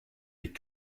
les